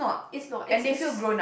it's not it's it's just